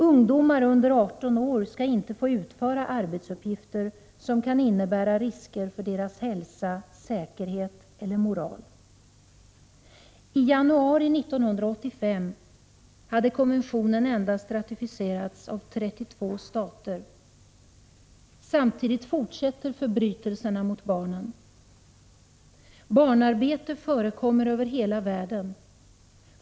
Ungdomar under 18 år skall inte få utföra arbetsuppgifter som kan innebära risker för deras hälsa, säkerhet eller moral. I januari 1985 hade konventionen ratificerats endast av 32 stater. Samtidigt fortsätter förbrytelserna mot barnen. Barnarbete förekommer över hela världen.